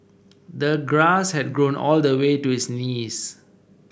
the grass had grown all the way to his knees